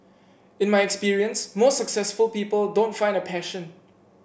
in my experience most successful people don't find a passion